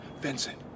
Vincent